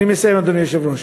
אני מסיים, אדוני היושב-ראש.